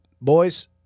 boys